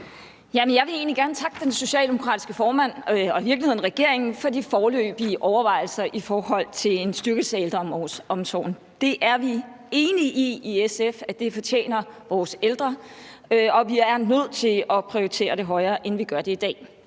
egentlig gerne takke den socialdemokratiske formand og i virkeligheden regeringen for de foreløbige overvejelser i forhold til en styrkelse af ældreomsorgen. Det er vi i SF enige i at vores ældre fortjener, og vi er nødt til at prioritere det højere, end vi gør det i dag.